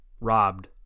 robbed